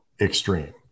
extreme